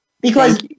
Because-